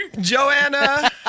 Joanna